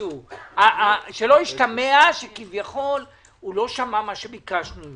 שלא ישתמע שכביכול הוא לא שמע מה שביקשנו.